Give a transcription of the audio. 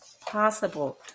possible